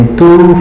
two